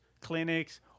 clinics